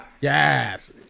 Yes